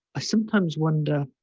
i sometimes wonder